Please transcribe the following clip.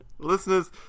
Listeners